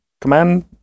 command